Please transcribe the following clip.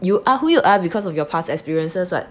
you are who you are because of your past experiences [what]